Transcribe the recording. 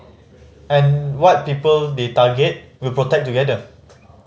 and what people they target we'll protect together